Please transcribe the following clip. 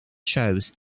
shows